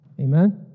amen